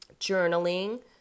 Journaling